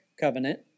Covenant